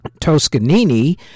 Toscanini